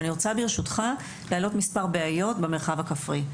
ברשותך, אני רוצה להעלות מספר בעיות במרחב הכפרי.